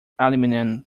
aluminium